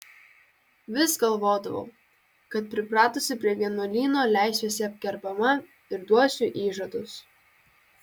vis galvodavau kad pripratusi prie vienuolyno leisiuosi apkerpama ir duosiu įžadus